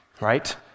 right